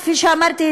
כפי שאמרתי,